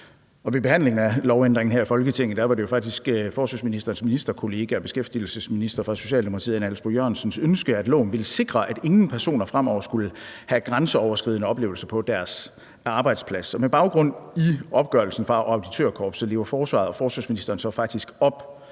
Ved behandlingen af lovændringen her i Folketinget var det jo faktisk et ønske fra forsvarsministerens ministerkollega, beskæftigelsesministeren, der er fra Socialdemokratiet, at loven skulle sikre, at ingen personer fremover skulle udsættes for grænseoverskridende oplevelser på deres arbejdsplads. Med baggrund i opgørelsen fra auditørkorpset lever forsvaret og forsvarsministeren så faktisk op